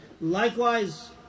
Likewise